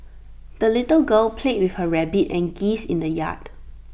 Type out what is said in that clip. the little girl played with her rabbit and geese in the yard